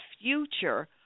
future